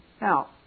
Now